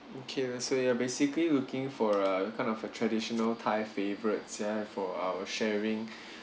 okay so you're basically looking for uh kind of a traditional thai favourites ya for our sharing